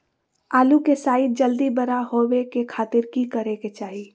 आलू के साइज जल्दी बड़ा होबे के खातिर की करे के चाही?